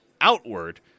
outward